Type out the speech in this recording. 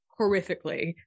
horrifically